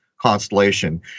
constellation